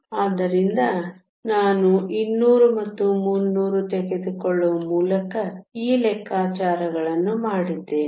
ಆದ್ದರಿಂದ ನಾನು 200 ಮತ್ತು 300 ತೆಗೆದುಕೊಳ್ಳುವ ಮೂಲಕ ಈ ಲೆಕ್ಕಾಚಾರಗಳನ್ನು ಮಾಡಿದ್ದೇನೆ